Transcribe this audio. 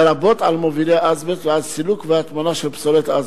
לרבות על מובילי אזבסט ועל סילוק והטמנה של פסולת אזבסט.